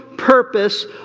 purpose